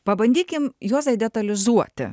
pabandykim juozai detalizuoti